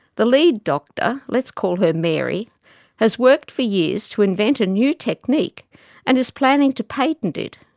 the lead doctor let's call her mary has worked for years to invent a new technique and is planning to patent it.